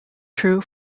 true